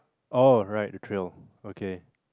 oh right the trail okay